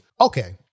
okay